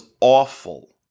awful